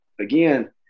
again